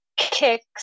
Kicks